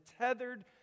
tethered